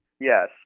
Yes